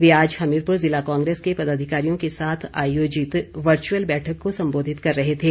वे आज हमीरपुर ज़िला कांग्रेस के पदाधिकारियों के साथ आयोजित वर्चुअल बैठक को संबोधित कर रहे थे